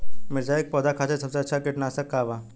मिरचाई के पौधा खातिर सबसे अच्छा कीटनाशक का बा?